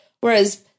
Whereas